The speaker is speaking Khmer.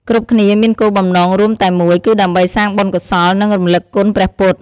គ្រប់គ្នាមានគោលបំណងរួមតែមួយ គឺដើម្បីសាងបុណ្យកុសល និងរំលឹកគុណព្រះពុទ្ធ។